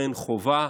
ולכן חובה,